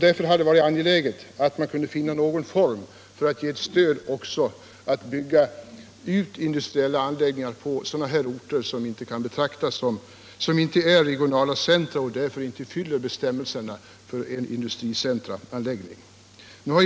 Därför är det angeläget att finna någon stödform för byggande av industriella anläggningar också på orter som inte är regionala centra och som därför inte uppfyller kraven för att få en industricenteranläggning.